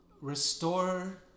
restore